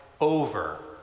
over